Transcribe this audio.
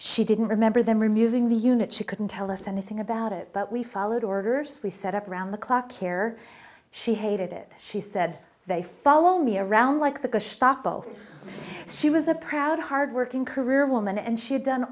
she didn't remember them removing the unit she couldn't tell us anything about it but we followed orders we set up around the clock care she hated it she said they follow me around like the gestapo she was a proud hard working career woman and she had done